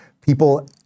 People